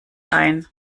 ein